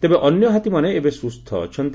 ତେବେ ଅନ୍ୟ ହାତୀମାନେ ଏବେ ସ୍ସସ୍ସ ଅଛନ୍ତି